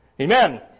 amen